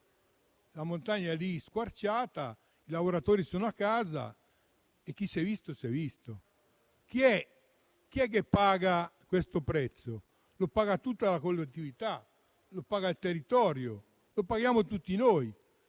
La montagna è squarciata, i lavoratori sono a casa e chi si è visto si è visto. Chi paga questo prezzo? Lo paga tutta la collettività, il territorio e tutti noi.